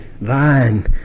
Thine